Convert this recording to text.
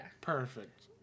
Perfect